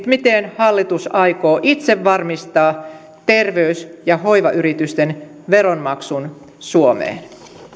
miten hallitus aikoo itse varmistaa terveys ja hoivayritysten veronmaksun suomeen